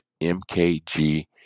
MKG